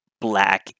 black